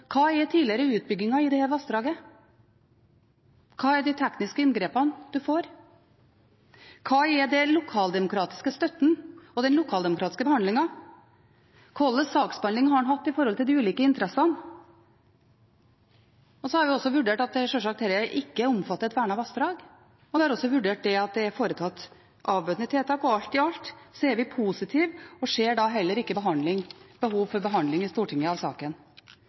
tidligere utbygginger i dette vassdraget, hvilke tekniske inngrep en får, hvordan den lokaldemokratiske støtten og den lokaldemokratiske behandlingen er, og hva slags saksbehandling man har hatt når det gjelder de ulike interessene. Vi har også vurdert at dette sjølsagt ikke omfatter et vernet vassdrag, og vi har vurdert at det er foretatt avbøtende tiltak. Alt i alt er vi positive og ser heller ikke behov for behandling i Stortinget av saken.